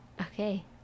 Okay